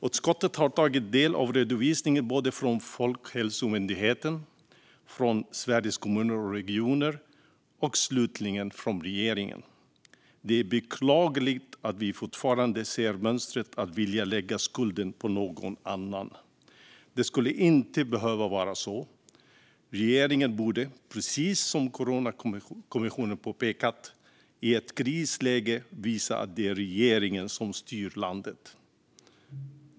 Utskottet har tagit del av redovisning från Folkhälsomyndigheten, från Sveriges Kommuner och Regioner och från regeringen. Det är beklagligt att vi fortfarande ser mönstret att vilja lägga skulden på någon annan. Det skulle inte behöva vara så. Regeringen borde, precis som Coronakommissionen har påpekat, i ett krisläge visa att det är regeringen som styr landet.